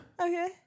Okay